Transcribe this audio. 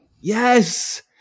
Yes